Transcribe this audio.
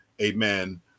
amen